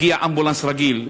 הגיע אמבולנס רגיל.